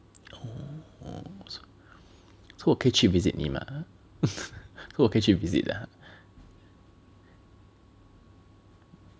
orh so 我可以去 visit 你 mah so 我可以去 visit ah